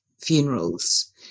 funerals